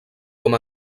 com